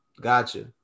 gotcha